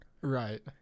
Right